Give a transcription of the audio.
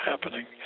happening